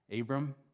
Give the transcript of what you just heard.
Abram